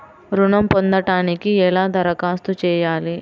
ఋణం పొందటానికి ఎలా దరఖాస్తు చేయాలి?